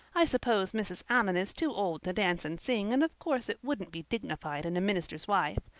i suppose mrs. allan is too old to dance and sing and of course it wouldn't be dignified in a minister's wife.